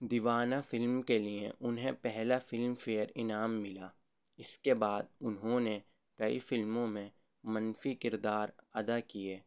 دیوانہ فلم کے لیے انہیں پہلا فلم فیئر انعام ملا اس کے بعد انہوں نے کئی فلموں میں منفی کردار ادا کیے